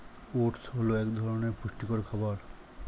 oats হল এক ধরনের পুষ্টিকর খাবার